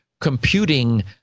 computing